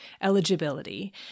eligibility